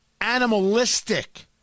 animalistic